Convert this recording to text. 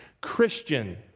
Christian